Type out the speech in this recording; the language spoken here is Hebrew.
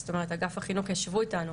זאת אומרת אגף החינוך ישבו איתנו.